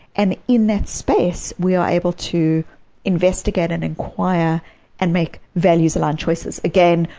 and in that space we are able to investigate and inquire and make values-aligned choices. again,